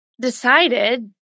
decided